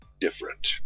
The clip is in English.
different